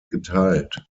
geteilt